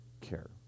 care